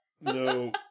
No